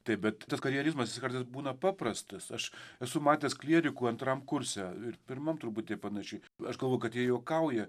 taip bet tas karjerizmas jis kartais būna paprastas aš esu matęs klierikų antram kurse ir pirmam truputį panašiai aš galvojau kad jie juokauja